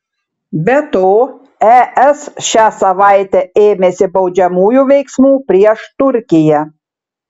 be to es šią savaitę ėmėsi baudžiamųjų veiksmų prieš turkiją